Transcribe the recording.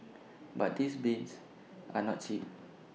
but these bins are not cheap